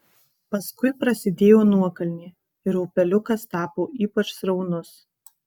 paskui prasidėjo nuokalnė ir upeliukas tapo ypač sraunus